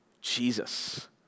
Jesus